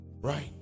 right